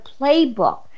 playbook